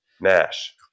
Nash